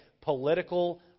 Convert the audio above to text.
political